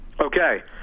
Okay